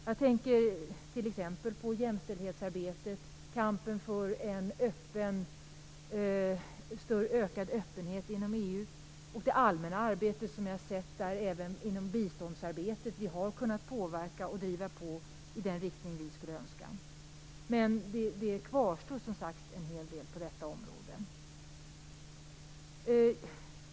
Jag tänker t.ex. på jämställdhetsarbetet, kampen för en ökad öppenhet inom EU och det allmänna arbetet, även biståndsarbetet. Vi har kunnat påverka och driva på i den riktning vi önskar. Men det kvarstår en hel del på detta område.